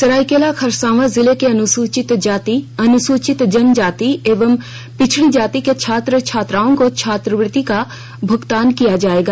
सरायकेला खरसावां जिले के अनुसूचित जाति अनुसूचित जनजाति एवं पिछड़ी जाति के छात्र छात्राओं को छात्रवृत्ति का भुगतान किया जाएगा